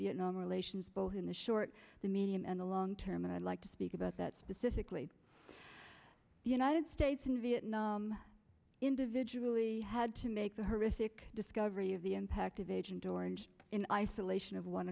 vietnam relations both in the short medium and the long term and i'd like to speak about that specifically the united states and vietnam individually had to make the horrific discovery of the impact of agent orange in isolation of one